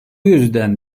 yüzden